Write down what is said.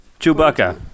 chewbacca